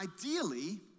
ideally